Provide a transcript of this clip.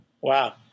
Wow